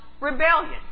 rebellion